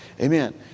Amen